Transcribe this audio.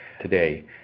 today